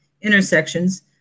intersections